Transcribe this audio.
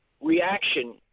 reaction